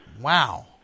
Wow